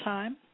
Time